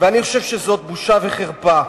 ואני חושב שזאת בושה וחרפה.